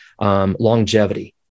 longevity